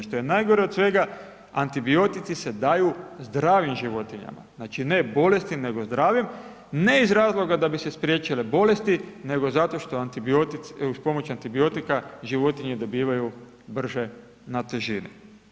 A što je najgore od svega antibiotici se daju zdravim životinjama, znači ne bolesnim nego zdravim, ne iz razloga da bi se spriječile bolesti nego zato što uz pomoć antibiotika životinje dobivaju brže na težini.